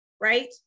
right